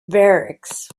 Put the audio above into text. barracks